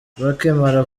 bakimara